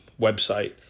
website